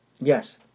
Yes